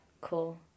cool